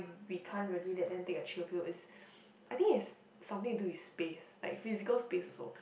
we can't really let them take attribute is I think it's something to do with space like physical space also